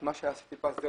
סיטיפס.